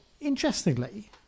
interestingly